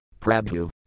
Prabhu